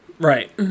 Right